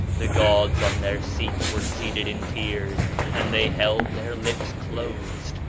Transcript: the gods on their seats were seated in tears and they held their lips closed,